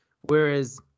whereas